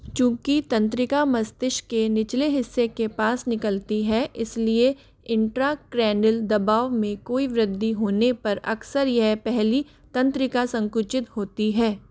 चूंकि तंत्रिका मस्तिष्क के निचले हिस्से के पास निकलती है इसलिए इंट्राक्रैनील दबाव में कोई वृद्धि होने पर अक्सर यह पहली तंत्रिका संकुचित होती है